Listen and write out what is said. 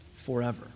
forever